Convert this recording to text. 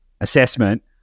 assessment